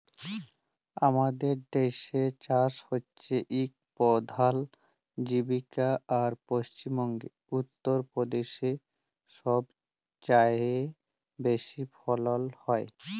আমাদের দ্যাসে চাষ হছে ইক পধাল জীবিকা আর পশ্চিম বঙ্গে, উত্তর পদেশে ছবচাঁয়ে বেশি ফলল হ্যয়